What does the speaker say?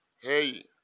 hey